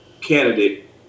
candidate